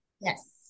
Yes